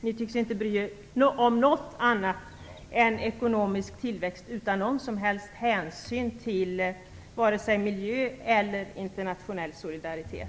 Ni tycks inte bry er om någonting annat än ekonomisk tillväxt, utan någon som helst hänsyn till vare sig miljö eller internationell solidaritet.